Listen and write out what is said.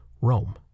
Rome